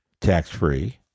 tax-free